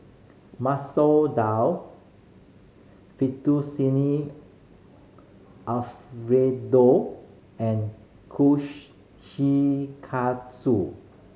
Masoor Dal Fettuccine Alfredo and Kushikatsu